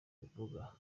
mvuga